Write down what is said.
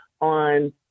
on